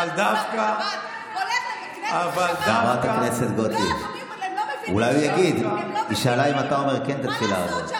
אבל דווקא, איזו תפילה?